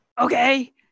Okay